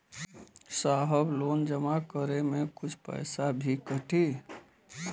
साहब लोन जमा करें में कुछ पैसा भी कटी?